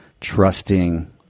trusting